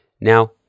Now